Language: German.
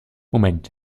moment